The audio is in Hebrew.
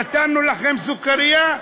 נתנו לכם סוכרייה,